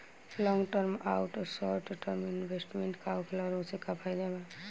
Long term आउर short term investment का होखेला और ओसे का फायदा बा?